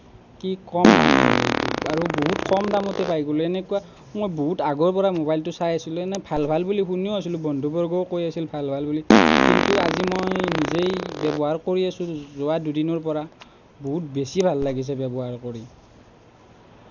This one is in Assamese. কি ক'ম মানে আৰু এইটো আৰু বহুত কম দামতে পাই গলোঁ এনেকুৱা মই বহুত আগৰ পৰা মোবাইলটো চাই আছিলো এনে ভাল ভাল বুলি শুনিও আছিলোঁ বন্ধুবৰ্গয়ো কৈ আছিল ভাল ভাল বুলি কিন্তু আজি মই নিজেই ব্যৱহাৰ কৰি আছোঁ যোৱা দুদিনৰ পৰা বহুত বেছি ভাল লাগিছে ব্যৱহাৰ কৰি